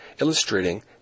illustrating